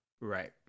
Right